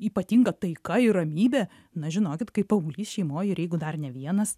ypatinga taika ir ramybė na žinokit kai paauglys šeimoj ir jeigu dar ne vienas